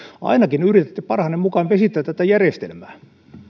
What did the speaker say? ainakin yritätte parhaanne mukaan vesittää tätä järjestelmää